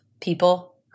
people